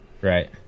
Right